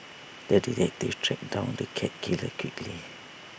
the detective tracked down the cat killer quickly